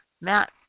Matt